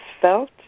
felt